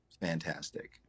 fantastic